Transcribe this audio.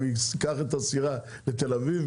הוא ייקח את הסירה לתל אביב,